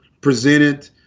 presented